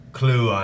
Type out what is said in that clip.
clue